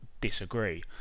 disagree